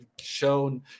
shown